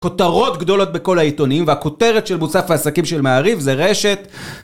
כותרות גדולות בכל העיתונים, והכותרת של מוסף העסקים של מעריב זה רשת